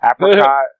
apricot